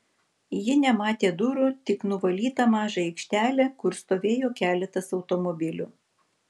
ji nematė durų tik nuvalytą mažą aikštelę kur stovėjo keletas automobilių